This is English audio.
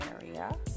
area